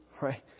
right